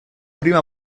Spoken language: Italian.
prima